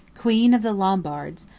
queen of the lombards,